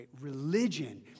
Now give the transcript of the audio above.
Religion